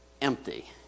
empty